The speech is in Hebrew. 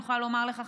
אני יכולה לומר לך,